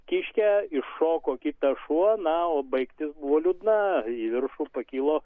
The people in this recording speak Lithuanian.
kiškę iššoko kitas šuo na o baigtis buvo liūdna į viršų pakilo